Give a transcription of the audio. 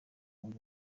uyu